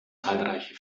zahlreiche